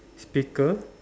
speaker